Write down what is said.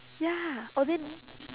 ya oh then